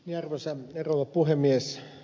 arvoisa rouva puhemies